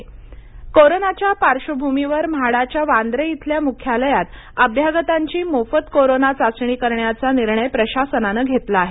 मुंबई कोरोनाच्या पार्श्वभूमीवर म्हाडाच्या वांद्रे इथल्या मुख्यालयात अभ्यांगतांची मोफत कोरोना चाचणी करण्याचा निर्णय प्रशासनान घेतला आहे